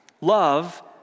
Love